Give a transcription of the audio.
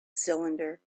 cylinder